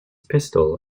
pistol